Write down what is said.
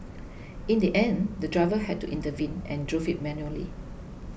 in the end the driver had to intervene and drove it manually